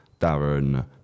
Darren